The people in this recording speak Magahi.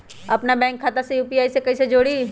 अपना बैंक खाता के यू.पी.आई से कईसे जोड़ी?